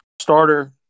starter